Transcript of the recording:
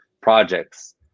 projects